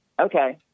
Okay